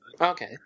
Okay